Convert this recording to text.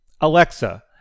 Alexa